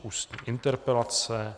Ústní interpelace